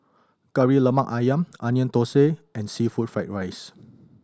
Kari Lemak Ayam Onion Thosai and seafood fried rice